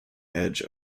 edge